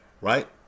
Right